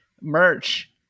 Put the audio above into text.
merch